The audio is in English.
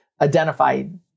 identified